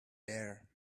bare